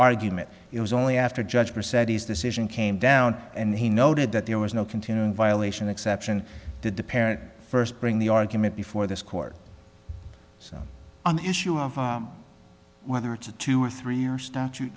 argument it was only after judge for said his decision came down and he noted that there was no continuing violation exception did the parent first bring the argument before this court so on the issue of whether it's a two or three year statute